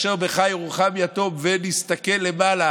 "אשר בך ירֻחם יתום" ונסתכל למעלה,